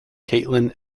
caitlin